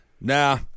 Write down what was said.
Nah